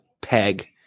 peg